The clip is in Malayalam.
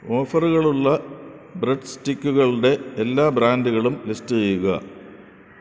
ഓഫറുകളുള്ള ബ്രെഡ് സ്റ്റിക്കുകളുടെ എല്ലാ ബ്രാൻറ്റുകളും ലിസ്റ്റ് ചെയ്യുക